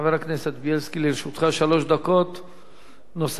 חבר הכנסת בילסקי, לרשותך שלוש דקות נוספות.